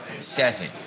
setting